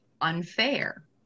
unfair